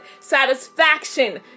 satisfaction